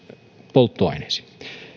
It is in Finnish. polttoaineisiin